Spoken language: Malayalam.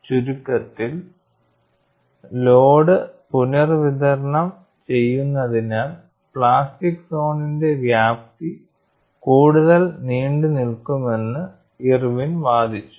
ചുരുക്കത്തിൽ ലോഡ് പുനർവിതരണം ചെയ്യുന്നതിനാൽ പ്ലാസ്റ്റിക് സോണിന്റെ വ്യാപ്തി കൂടുതൽ നീണ്ടുനിൽക്കുമെന്ന് ഇർവിൻ വാദിച്ചു